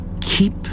keep